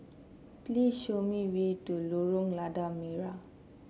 please show me way to Lorong Lada Merah